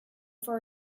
for